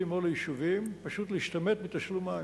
או ליישובים פשוט להשתמט מתשלום מים.